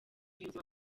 ubuzima